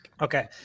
Okay